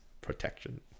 protection